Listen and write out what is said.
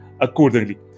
accordingly